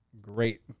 great